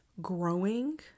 Growing